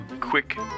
quick